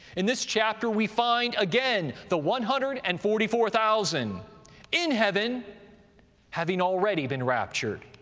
in this chapter we find again the one hundred and forty four thousand in heaven having already been raptured.